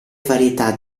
varietà